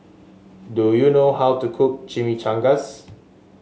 do you know how to cook Chimichangas